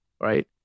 right